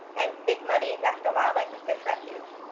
and big muddy national wildlife and fish refuge.